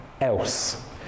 else